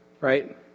Right